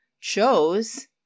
chose